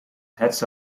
heads